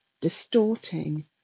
distorting